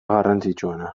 garrantzitsuena